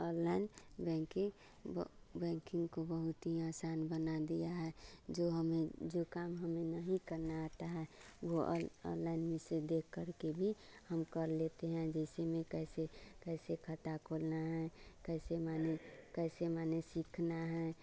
online banking ब banking को बहुत ही आसान बना दिया है जो हमें जो काम हमें नहीं करना आता है वह ओन ओनलाइन में से देख करके भी हम कर लेते हैं जैसे में कैसे कैसे खाता खोलना है कैसे माने कैसे माने सीखना है